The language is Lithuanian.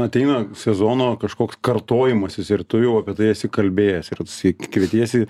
ateina sezono kažkoks kartojimasis ir tu jau apie tai esi kalbėjęs ir si kvietiesi